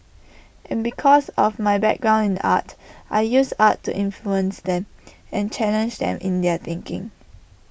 and because of my background in art I use art to influence them and challenge them in their thinking